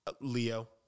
Leo